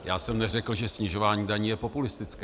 Já jsem neřekl, že snižování daní je populistické.